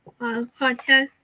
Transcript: podcast